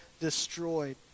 destroyed